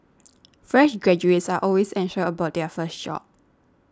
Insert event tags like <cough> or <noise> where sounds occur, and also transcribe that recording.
<noise> fresh graduates are always anxious about their first job